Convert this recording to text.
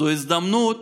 זאת הזדמנות